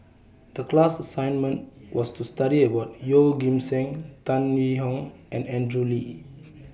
The class assignment was to study about Yeoh Ghim Seng Tan Yee Hong and Andrew Lee